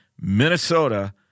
minnesota